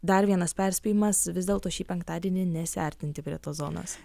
dar vienas perspėjimas vis dėlto šį penktadienį nesiartinti prie tos zonos